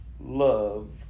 love